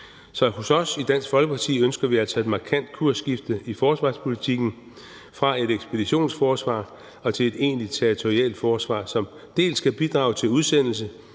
Så hos os i Dansk Folkeparti ønsker vi altså et markant kursskifte i forsvarspolitikken fra et ekspeditionsforsvar til et egentligt territorialforsvar, som dels kan bidrage til udsendelse,